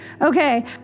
okay